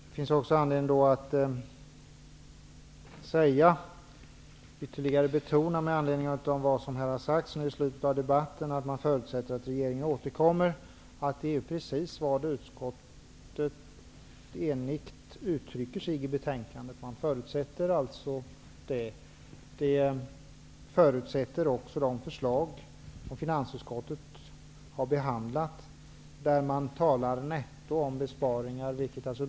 Det finns också anledning att ytterligare betona, med anledning av att det i debatten har sagts att man förutsätter att regeringen återkommer, att det är precis vad utskottet enigt säger i sitt betänkande. Man förutsätter alltså att regeringen återkommer. Det förutsätts också i de förslag som finansutskottet har behandlat. Man talar där om besparingar netto.